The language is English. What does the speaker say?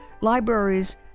Libraries